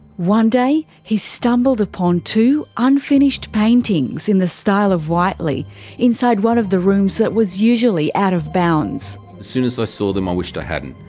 one day he stumbled upon two unfinished paintings in the style of whiteley inside one of the rooms that was usually out of bounds. as soon as i saw them i wished i hadn't.